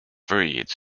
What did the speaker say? breeds